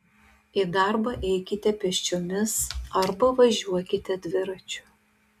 į darbą eikite pėsčiomis arba važiuokite dviračiu